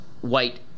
white